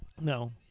No